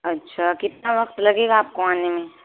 اچھا کتنا وقت لگے گا آپ کو آنے میں